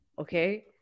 okay